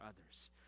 others